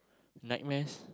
nightmares